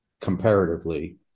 comparatively